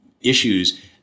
issues